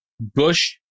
Bush